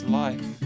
life